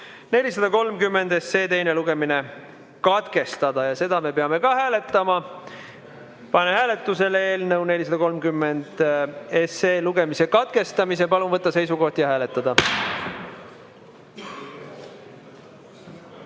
430 teine lugemine katkestada. Seda me peame ka hääletama. Panen hääletusele eelnõu 430 lugemise katkestamise. Palun võtta seisukoht ja hääletada!